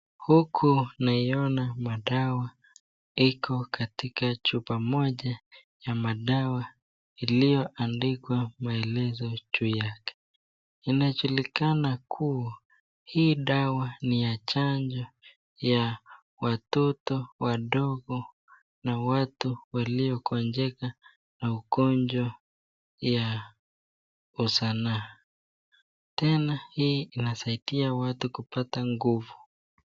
Huku naiona madawa, iko katika chupa moja, ya madawa, iliyo andikwa maelezo juu yake, inajulikana kuwa, hii dawa, ni ya chanjo, ya watoto, wadogo, na watu, waliokonjeka, na ukonjwa ya, usanaa, tena hii inasaidia watu kupata nguvu.